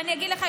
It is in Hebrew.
ואני אגיד לך,